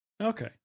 Okay